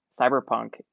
Cyberpunk